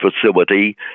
facility